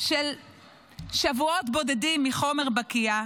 של שבועות בודדים מחומר בקיע.